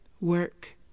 work